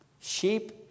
Sheep